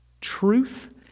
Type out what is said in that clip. truth